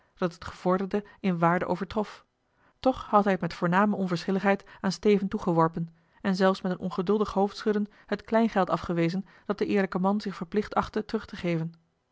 dat het gevorderde in waarde overtrof toch had hij het met voorname onverschilligheid aan steven toegeworpen en zelfs met een ongeduldig hoofdschudden het kleingeld afgewezen dat de eerlijke man zich verplicht achtte terug te geven